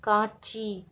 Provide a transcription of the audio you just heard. காட்சி